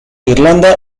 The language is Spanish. irlanda